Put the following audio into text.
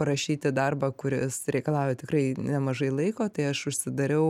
parašyti darbą kuris reikalauja tikrai nemažai laiko tai aš užsidariau